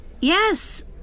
Yes